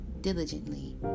diligently